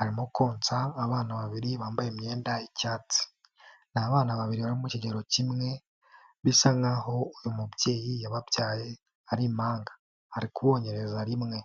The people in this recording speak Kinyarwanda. Arimo konsa abana babiri bambaye imyenda y'icyatsi. Ni abana babiri bari mu kigero kimwe, bisa nk'aho uyu mubyeyi yababyaye bari impanga ari kubonkereza rimwe.